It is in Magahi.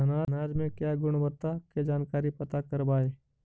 अनाज मे क्या गुणवत्ता के जानकारी पता करबाय?